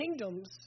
kingdoms